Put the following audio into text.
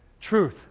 truth